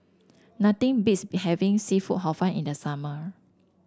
nothing beats be having seafood Hor Fun in the summer